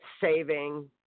saving